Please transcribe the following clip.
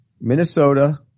Minnesota